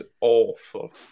awful